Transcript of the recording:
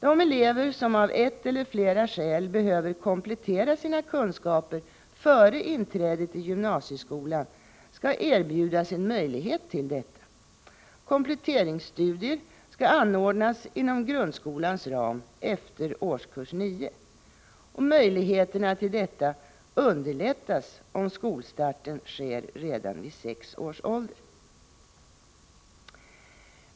De elever som av ett eller flera skäl behöver komplettera sina kunskaper före inträdet i gymnasieskolan skall erbjudas en möjlighet till detta. Kompletteringsstudier skall anordnas inom grundskolans ram efter årskurs 9. Möjligheterna till detta underlättas om skolstarten sker redan vid sex års ålder.